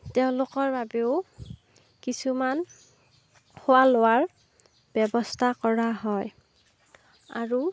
তেওঁলোকৰ বাবেও কিছুমান খোৱা লোৱাৰ ব্যৱস্থা কৰা হয় আৰু